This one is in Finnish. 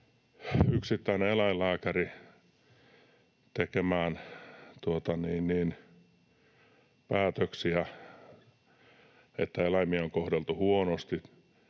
yksittäinen eläinlääkäri tekemään päätöksiä, että eläimiä on kohdeltu huonosti.